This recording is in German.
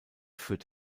führt